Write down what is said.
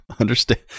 Understand